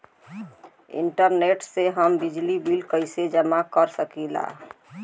Internet से हम बिजली बिल कइसे जमा कर सकी ला?